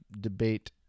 debate